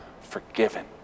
Forgiven